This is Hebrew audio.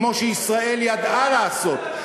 כמו שישראל ידעה לעשות,